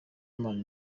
imana